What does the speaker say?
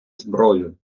зброю